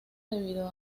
debido